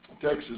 Texas